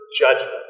judgment